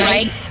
Right